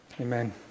Amen